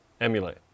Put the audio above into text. emulate